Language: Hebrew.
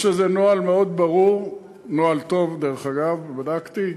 יש לזה נוהל מאוד ברור, נוהל טוב, דרך אגב, בדקתי,